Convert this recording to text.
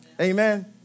amen